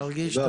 תרגיש טוב.